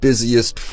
Busiest